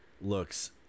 looks